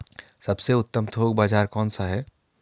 सबसे उत्तम थोक बाज़ार कौन सा है?